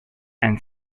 and